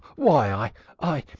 why i i